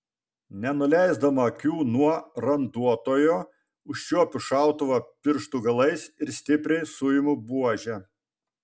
nenuleisdama akių nuo randuotojo užčiuopiu šautuvą pirštų galais ir stipriai suimu buožę